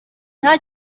nta